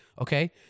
Okay